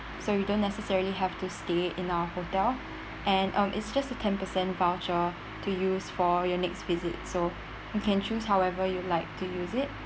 so you don't necessarily have to stay in our hotel and um it's just a ten percent voucher to use for your next visit so you can choose however you like to use it